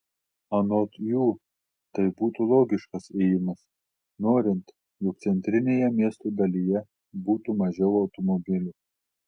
anot jų tai būtų logiškas ėjimas norint jog centrinėje miesto dalyje būtų mažiau automobilių